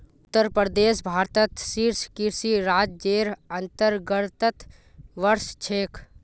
उत्तर प्रदेश भारतत शीर्ष कृषि राज्जेर अंतर्गतत वश छेक